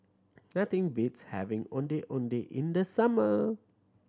nothing beats having Ondeh Ondeh in the summer